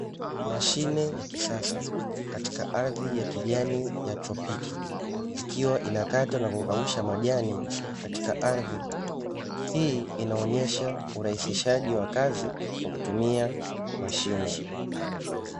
Mashine ya kisasa katika ardhi ya kijani ya tropiki. Ikiwa inakata na kukausha majani katika ardhi. Hii inaonyesha urahisishaji wa kazi kwa kutumia mashine.